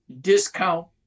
discount